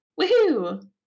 woohoo